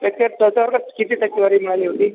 त्याचे चौथ्या वर्गात किती टक्केवारी मिळाली होती